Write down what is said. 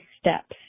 steps